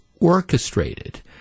orchestrated